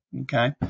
Okay